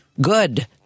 Good